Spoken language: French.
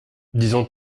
disons